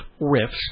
riffs